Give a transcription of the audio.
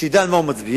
שידע על מה הוא מצביע.